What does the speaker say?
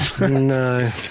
No